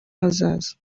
hazaza